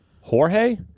Jorge